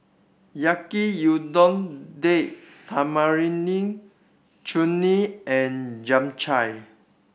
Yaki Udon Date Tamarind Chutney and Japchae